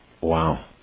Wow